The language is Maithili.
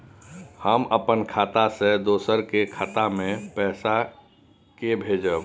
हम अपन खाता से दोसर के खाता मे पैसा के भेजब?